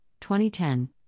2010